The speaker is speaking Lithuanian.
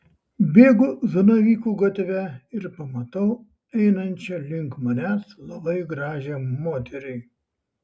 bėgu zanavykų gatve ir pamatau einančią link manęs labai gražią moterį